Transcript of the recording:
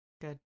Good